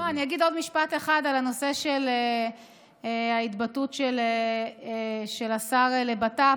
אני אגיד עוד משפט אחד על ההתבטאות של השר לבט"פ.